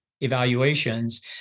evaluations